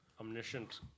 Omniscient